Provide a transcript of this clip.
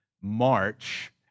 March